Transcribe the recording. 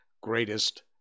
greatest